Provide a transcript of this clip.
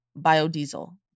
biodiesel